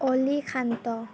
অ'লি শান্ত